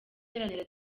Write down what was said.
iharanira